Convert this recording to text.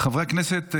חברי הכנסת,